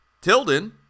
Tilden